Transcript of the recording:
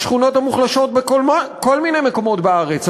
השכונות המוחלשות בכל מיני מקומות בארץ,